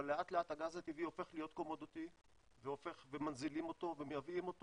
אבל לאט לאט הגז הטבעי הופך להיות קומודיטי ומנזילים אותו ומייבאים אותו